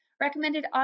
recommended